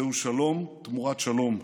זהו שלום תמורת שלום,